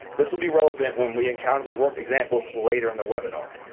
this will be relevant when we encounter the worked examples later in the webinar.